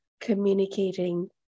communicating